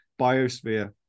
biosphere